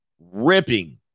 ripping